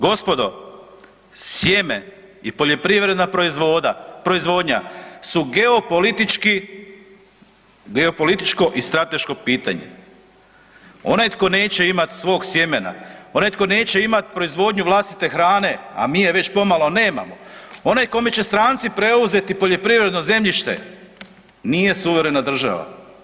Gospodo, sjeme i poljoprivredna proizvodnja su geopolitičko i strateško pitanje. onaj tko ne će imat svog sjemena, onaj tko neće imat proizvodnju vlastite hrane a mi je već pomalo nemamo, onaj kome će stranci preuzeti poljoprivredno zemljište, nije suverena država.